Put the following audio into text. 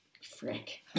Frick